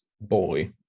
boy